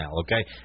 okay